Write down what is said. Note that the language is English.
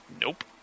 Nope